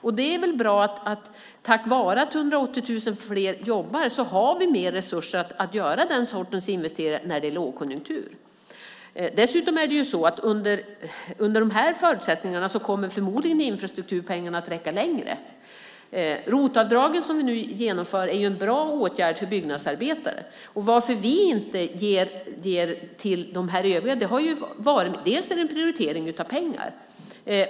Och det är väl bra att vi, tack vare att 180 000 fler jobbar, har mer resurser för att göra den sortens investeringar när det är lågkonjunktur. Dessutom är det så att under de här förutsättningarna kommer förmodligen infrastrukturpengarna att räcka längre. ROT-avdragen, som vi nu genomför, är en bra åtgärd för byggnadsarbetare. Varför vi inte ger till de här övriga handlar bland annat om en prioritering av pengar.